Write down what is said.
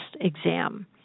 exam